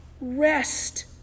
rest